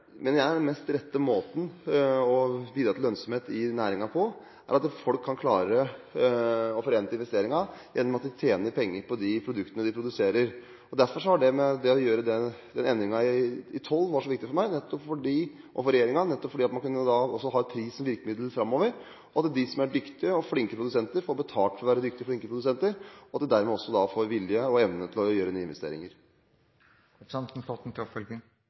å bidra til lønnsomhet i næringen på er at folk kan klare å forrente investeringen ved at de tjener penger på de produktene de produserer. Den endringen i toll var viktig for meg og regjeringen, fordi man da kunne ha en pris og et virkemiddel framover – at de som er dyktige og flinke produsenter, får betalt for å være det, og at de dermed også får vilje og evne til å